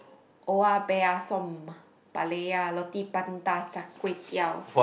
oya-beh-ya-som roti prata Char-Kway-Teow